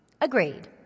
Agreed